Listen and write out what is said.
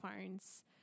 phones